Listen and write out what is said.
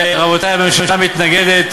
רבותי, הממשלה מתנגדת